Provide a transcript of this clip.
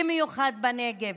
במיוחד בנגב,